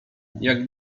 jak